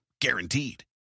Guaranteed